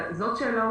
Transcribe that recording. זאת שאלה עובדתית,